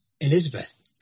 Elizabeth